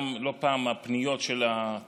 גם לא פעם הפניות להסרה